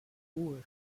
hohe